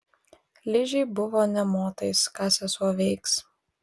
ližei buvo nė motais ką sesuo veiks